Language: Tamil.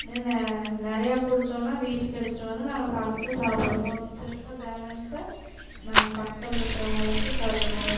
நிறையா பிடிச்சோம்னா வீட்டுக்கு எடுத்துகிட்டு வந்து நாங்கள் சமைச்சு சாப்பிடுவோம் மிச்சம் இருக்க பேலன்ஸை நாங்கள் பக்கத்தில் இருக்கிறவங்களுக்கு தருவோம்